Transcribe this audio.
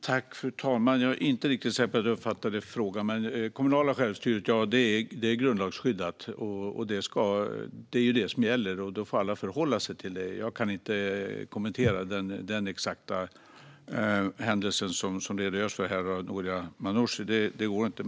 Fru talman! Jag är inte riktigt säker på att jag uppfattade frågan, men det kommunala självstyret är grundlagsskyddat. Det är det som gäller, och då får alla förhålla sig till det. Jag kan inte kommentera den exakta händelse som Noria Manouchi redogör för - det går inte.